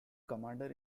commander